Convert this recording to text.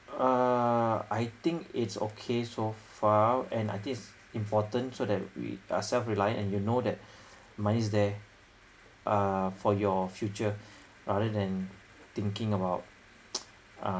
uh I think it's okay so far and I think it's important so that we are self reliant and you'll know that money is there uh for your future rather than thinking about uh